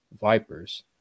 Vipers